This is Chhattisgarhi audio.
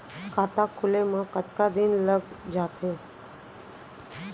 खाता खुले में कतका दिन लग जथे?